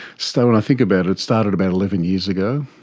so when i think about it, it started about eleven years ago,